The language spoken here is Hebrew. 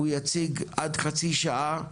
הוא יציג עד חצי שעה.